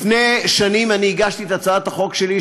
לפני שנים הגשתי את הצעת החוק שלי,